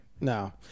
No